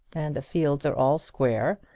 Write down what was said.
and the fields are all square.